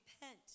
repent